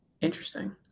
Interesting